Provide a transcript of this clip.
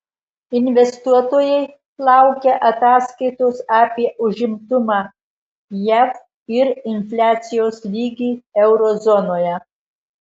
investuotojai laukia ataskaitos apie užimtumą jav ir infliacijos lygį euro zonoje